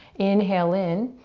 inhale in,